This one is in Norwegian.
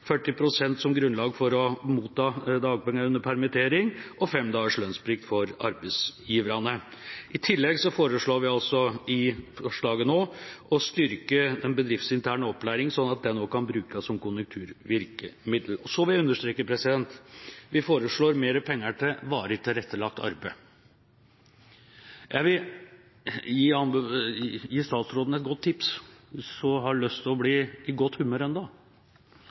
som grunnlag for å motta dagpenger under permittering og fem dagers lønnsplikt for arbeidsgiverne. I tillegg foreslår vi i forslaget nå å styrke den bedriftsinterne opplæringa, sånn at den kan brukes som konjunkturvirkemiddel. Så vil jeg understreke at vi foreslår mer penger til varig tilrettelagt arbeid. Jeg vil gi statsråden et godt tips hvis hun har lyst til å bli i godt